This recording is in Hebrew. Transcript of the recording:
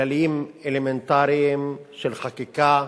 כללים אלמנטריים של חקיקה,